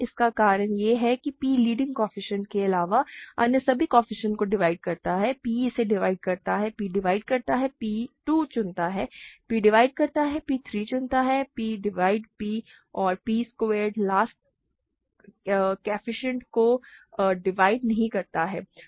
इसका कारण यह है कि p लीडिंग कोएफ़िशिएंट के अलावा अन्य सभी कोएफ़िशिएंट को डिवाइड करता है p इसे डिवाइड करता है p डिवाइड करता है p 2 चुनता है p डिवाइड करता है p 3 चुनें p विभाजित p और p स्क्वैरेड लास्ट केफीसिएंट को डिवाइड नहीं करता है